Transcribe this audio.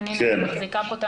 גם אלה שקיבלו את ההחלטות,